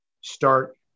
start